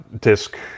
disk